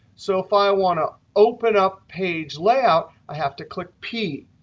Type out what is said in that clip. so if i want to open up page layout, i have to click p.